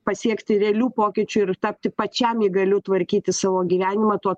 pasiekti realių pokyčių ir tapti pačiam įgaliu tvarkyti savo gyvenimą tuo